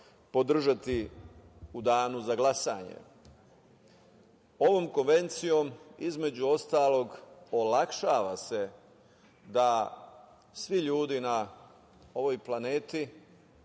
podržati u danu za glasanje. Ovom Konvencijom između ostalog olakšava se da svi ljudi na ovoj planeti